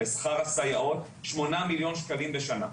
לשכר הסייעות 8 מיליון שקלים בשנה,